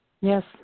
Yes